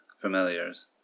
Familiars